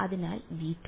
അതിനാൽ V2